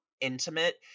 intimate